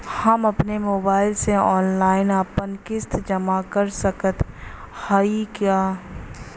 हम अपने मोबाइल से ऑनलाइन आपन किस्त जमा कर सकत हई का?